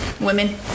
women